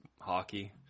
hockey